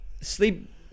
sleep